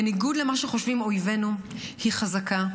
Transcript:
בניגוד למה שחושבים אויבינו, היא חזקה,